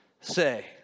say